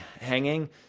hanging